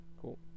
Cool